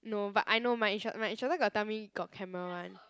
no but I know my instr~ my instructor got tell me got camera [one]